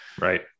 Right